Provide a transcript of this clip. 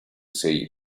say